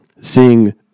seeing